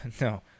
No